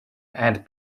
and